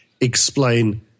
explain